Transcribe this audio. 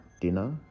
dinner